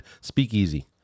speakeasy